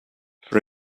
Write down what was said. for